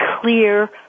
clear